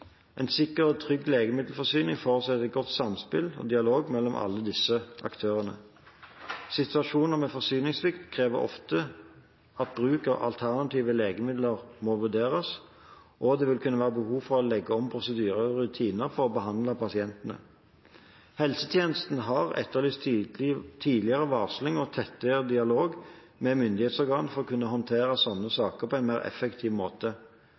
En sikker og trygg legemiddelforsyning forutsetter et godt samspill og dialog mellom alle disse aktørene. Situasjoner med forsyningssvikt krever ofte at bruk av alternative legemidler må vurderes, og det vil kunne være behov for å legge om prosedyrer og rutiner for å behandle pasientene. Helsetjenesten har etterlyst tidligere varsling og tettere dialog med myndighetsorganer for å kunne håndtere slike saker på en mer effektiv måte.